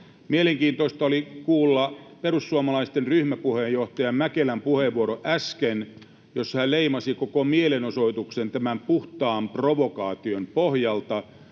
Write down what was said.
Mielenkiintoista oli kuulla äsken perussuomalaisten ryhmäpuheenjohtaja Mäkelän puheenvuoro, jossa hän leimasi koko mielenosoituksen tämän puhtaan provokaation pohjalta,